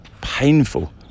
painful